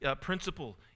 principle